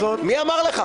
מי אמר לך?